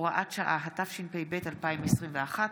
הוראת שעה), התשפ"ב 2021,